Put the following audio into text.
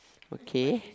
okay